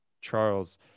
Charles